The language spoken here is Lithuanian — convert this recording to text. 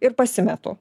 ir pasimetu